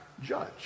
judge